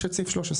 יש את סעיף (13).